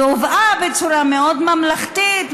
היא הובאה בצורה מאוד ממלכתית,